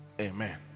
Amen